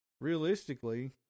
realistically